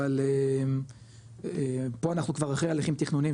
אבל פה אנחנו כבר אחרי הליכים תכנוניים